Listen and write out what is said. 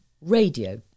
radio